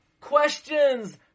Questions